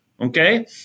Okay